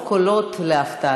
ההצעה